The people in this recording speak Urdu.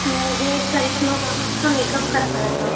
مجھے کرشمہ راوت کا میک اپ کروانا تھا